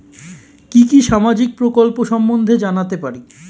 কি কি সামাজিক প্রকল্প সম্বন্ধে জানাতে পারি?